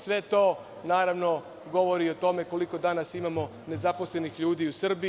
Sve to naravno, govori o tome koliko danas imamo nezaposlenih ljudi u Srbiji.